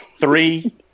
Three